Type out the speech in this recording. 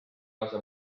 lase